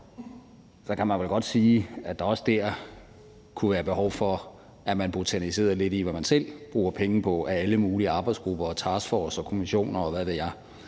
kan man vel godt sige, at der også dér kunne være behov for, at man botaniserede lidt i, hvad man selv bruger penge på i forhold til alle mulige arbejdsgrupper, taskforcer, kommissioner, og hvad ved jeg